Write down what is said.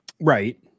Right